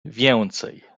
więcej